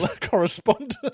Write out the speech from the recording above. correspondent